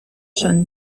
son